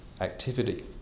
activity